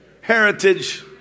heritage